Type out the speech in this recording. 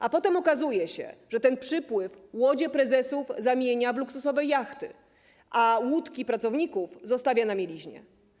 A potem okazuje się, że ten przypływ łodzie prezesów zamienia w luksusowe jachty, a łódki pracowników zostawia na mieliźnie.